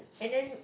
and then